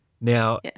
Now